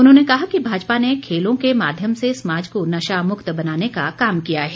उन्होंने कहा कि भाजपा ने खेलों के माध्यम से समाज को नशा मुक्त बनाने का काम किया है